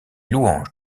louanges